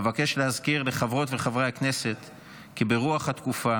אבקש להזכיר לחברות ולחברי הכנסת כי ברוח התקופה